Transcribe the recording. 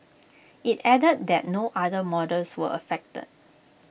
IT added that no other models were affected